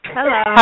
Hello